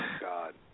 god